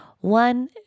One